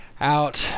out